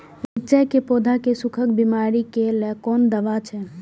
मिरचाई के पौधा के सुखक बिमारी के लेल कोन दवा अछि?